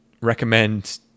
recommend